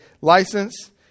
license